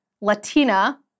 Latina